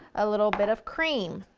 a little bit of cream,